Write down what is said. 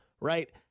right